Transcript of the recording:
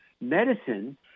medicine